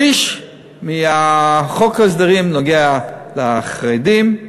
שליש מחוק ההסדרים נוגע לחרדים,